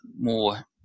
more